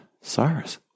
Cyrus